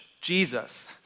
Jesus